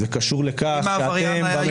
אם העבריין היה יהודי?